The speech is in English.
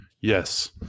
Yes